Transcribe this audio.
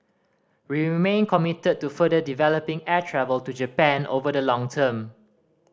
we remain committed to further developing air travel to Japan over the long term